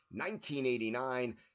1989